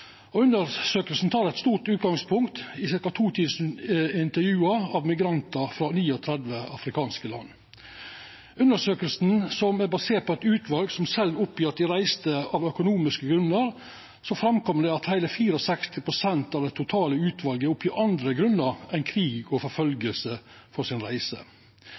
og undersøkinga har eit stort utgangspunkt, i ca. 2 000 intervju av migrantar frå 39 afrikanske land. Undersøkinga er basert på eit utval som sa at dei reiste av økonomiske grunnar, og det kom fram at heile 64 pst. av det totale utvalet sa at dei hadde andre grunnar for si reise enn krig og